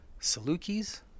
Salukis